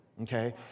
Okay